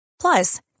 Plus